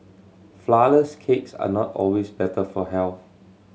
flourless cakes are not always better for health